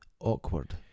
Awkward